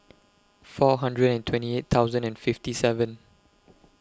four hundred and twenty eight thousand and fifty seven